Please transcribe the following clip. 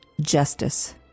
justice